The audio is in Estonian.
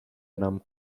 enam